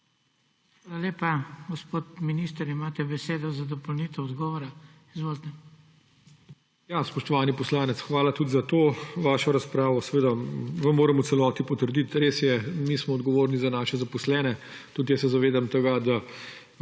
Hvala lepa. Gospod minister, imate besedo za dopolnitev odgovora. Izvolite. ALEŠ HOJS: Spoštovani poslanec, hvala tudi za to vašo razpravo. Seveda vam moram v celoti potrditi. Res je, mi smo odgovorni za naše zaposlene. Tudi jaz se zavedam tega, da